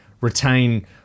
retain